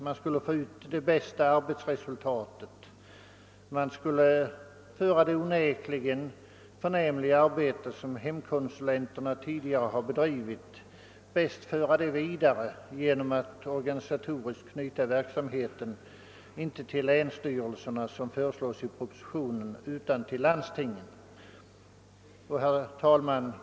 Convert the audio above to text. Man skulle få ut det bästa arbetsresultatet och man skulle bäst föra hemkonsulenternas tidigare onekligen förnämliga arbete vidare genom att organisatoriskt knyta verksamheten inte till länsstyrelserna, som föreslås i propositionen, utan till landstingen. Herr talman!